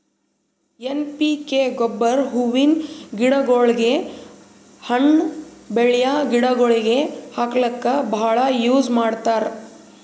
N P K ಗೊಬ್ಬರ್ ಹೂವಿನ್ ಗಿಡಗೋಳಿಗ್, ಹಣ್ಣ್ ಬೆಳ್ಯಾ ಗಿಡಗೋಳಿಗ್ ಹಾಕ್ಲಕ್ಕ್ ಭಾಳ್ ಯೂಸ್ ಮಾಡ್ತರ್